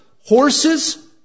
Horses